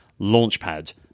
launchpad